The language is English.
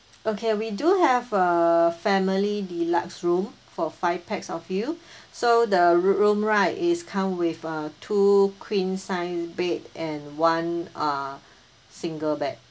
okay we do have a family deluxe room for five pax of you so the ro~ room right is come with uh two queen size bed and one uh single bed